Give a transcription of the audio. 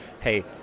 hey